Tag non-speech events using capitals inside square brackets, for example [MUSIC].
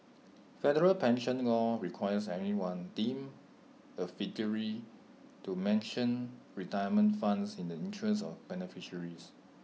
federal pension law requires anyone deemed A [UNINTELLIGIBLE] to mention retirement funds in the interest of beneficiaries